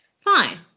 fine